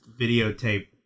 videotape